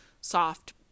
soft